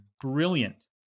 brilliant